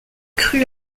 cru